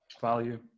value